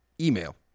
email